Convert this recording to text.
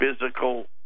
physical